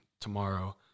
tomorrow